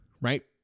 right